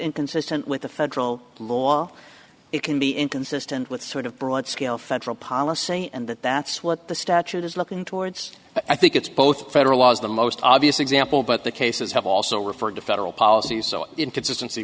inconsistent with the federal law it can be inconsistent with sort of broad scale federal policy and that that's what the statute is looking towards i think it's both federal law is the most obvious example but the cases have also referred to federal policies so in consistency